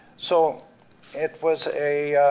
so it was a